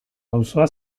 auzoa